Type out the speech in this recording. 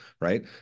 right